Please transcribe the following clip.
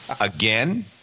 again